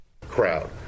Crowd